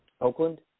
Oakland